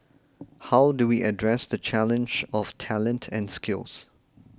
how do we address the challenge of talent and skills